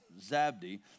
Zabdi